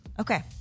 Okay